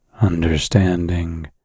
understanding